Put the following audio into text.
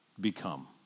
become